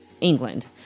England